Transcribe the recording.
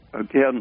again